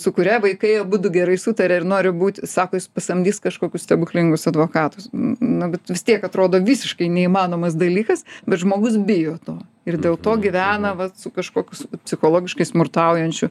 su kuria vaikai abudu gerai sutaria ir nori būt sako jis pasamdys kažkokius stebuklingus advokatus n nu bet vis tiek atrodo visiškai neįmanomas dalykas bet žmogus bijo to ir dėl to gyvena va su kažkokiu su psichologiškai smurtaujančiu